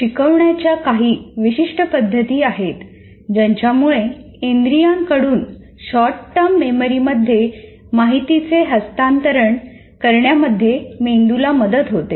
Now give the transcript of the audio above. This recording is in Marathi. शिकवण्याच्या काही विशिष्ट पद्धती आहेत ज्यांच्यामुळे इंद्रियां कडून शॉर्टटर्म मेमरी मध्ये माहितीचे हस्तांतरण करण्यामध्ये मेंदूला मदत होते